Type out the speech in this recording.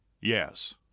Yes